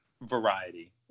variety